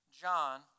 John